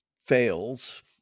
fails